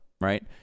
right